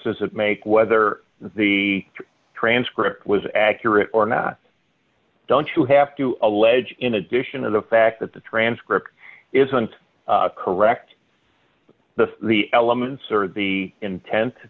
does it make whether the transcript was accurate or not don't you have to allege in addition of the fact that the transcript isn't correct the the elements or the intent